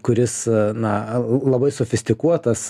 kuris na labai sofistikuotas